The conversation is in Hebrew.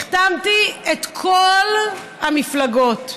החתמתי את כל המפלגות.